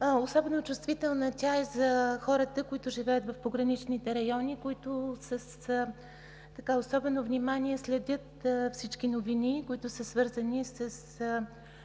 Особено чувствителна е тя за хората, които живеят в пограничните райони, които с особено внимание следят всички новини, свързани